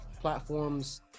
platforms